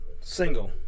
single